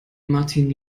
martin